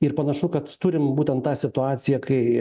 ir panašu kad turim būtent tą situaciją kai